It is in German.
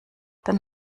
dann